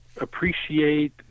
appreciate